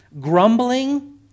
Grumbling